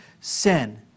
sin